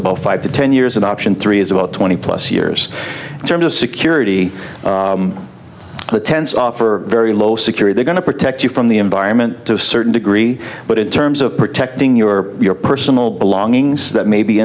about five to ten years in option three is about twenty plus years terms of security tents offer very low security they're going to protect you from the environment to a certain degree but in terms of protecting your your personal belongings that may be